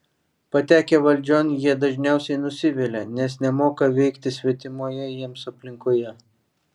patekę valdžion jie dažniausiai nusivilia nes nemoka veikti svetimoje jiems aplinkoje